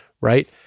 right